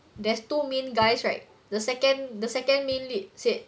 there's two main guys right the second the second main lead said